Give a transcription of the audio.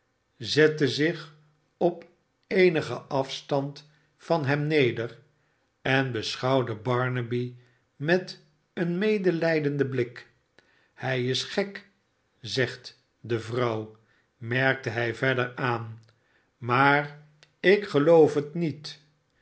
zette zich op eenigen afstand van hem neder en beschouwde barnaby met een medelijdenden blik hij is gek zegt d f v tm merk hi verder aan maar ik geloof het niet